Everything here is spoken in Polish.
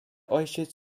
ojciec